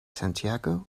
santiago